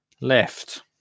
left